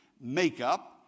makeup